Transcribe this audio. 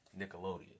Nickelodeon